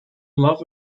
love